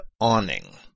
awning